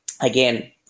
again